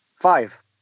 Five